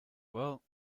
well